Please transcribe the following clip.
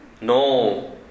no